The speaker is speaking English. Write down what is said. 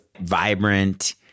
vibrant